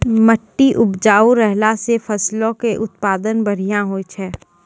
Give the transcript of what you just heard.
मट्टी उपजाऊ रहला से फसलो के उत्पादन बढ़िया होय छै